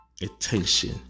attention